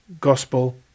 gospel